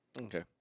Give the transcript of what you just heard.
Okay